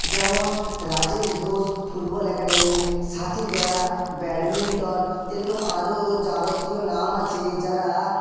যেমন Rajesh Ghosh football academy Sathi Bera badminton এরকম আরো যাবতীয় নাম আছে যারা